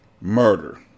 Murder